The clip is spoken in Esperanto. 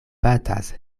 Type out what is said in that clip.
batas